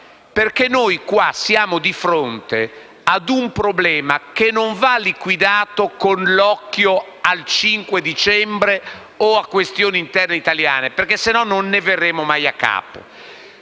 perché siamo di fronte a un problema che non va liquidato con l'occhio al 5 dicembre o a questioni interne italiane, perché altrimenti non ne verremo mai a capo.